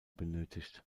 benötigt